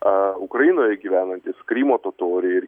a ukrainoje gyvenantys krymo totoriai